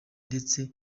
ndetse